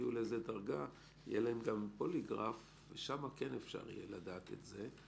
כשיגיעו לדרגה יהיה להם פוליגרף ואז כן אפשר יהיה לדעת את זה.